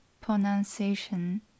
pronunciation